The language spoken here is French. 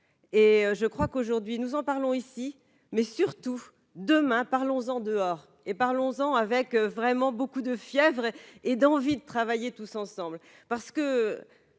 et je crois qu'aujourd'hui, nous en parlons ici mais surtout demain, parlons-en dehors et par le 11 ans avec vraiment beaucoup de fièvre et d'envie de travailler tous ensemble